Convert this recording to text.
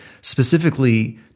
specifically